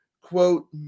quote